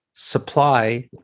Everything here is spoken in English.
supply